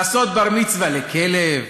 לעשות בר-מצווה לכלב,